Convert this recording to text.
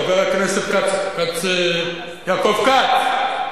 חבר הכנסת יעקב כץ,